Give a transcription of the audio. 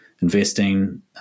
investing